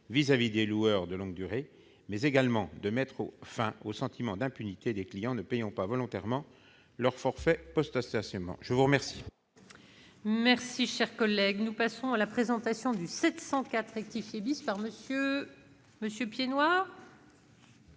vis-à-vis des loueurs de longue durée, mais également de mettre fin au sentiment d'impunité des clients qui ne paient pas, volontairement, leur forfait post-stationnement. La parole